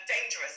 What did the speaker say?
dangerous